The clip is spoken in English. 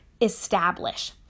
establish